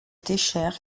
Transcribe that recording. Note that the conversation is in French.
técher